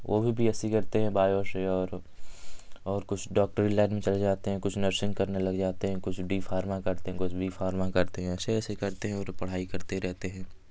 वो भी B Sc करते हैं बायो शयो और और कुछ डॉक्टरी लाइन में चले जाते हैं कुछ नर्शिंग करने लग जाते हैं कुछ डी फ़ार्मा करते हैं कुछ बी फ़ार्मा करते हैं ऐसे ऐसे करते हैं और पढ़ाई करते रहते हैं